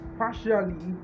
partially